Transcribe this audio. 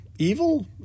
Evil